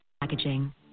Packaging